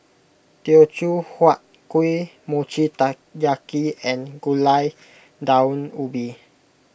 Teochew Huat Kuih Mochi Taiyaki and Gulai Daun Ubi